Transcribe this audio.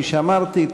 כפי שאמרתי,